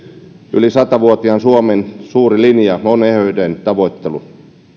yli sata vuotiaan suomen suuri linja on eheyden tavoittelu